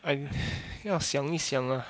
and 要想一想 ah